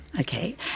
Okay